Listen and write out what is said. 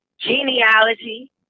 genealogy